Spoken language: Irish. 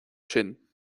sin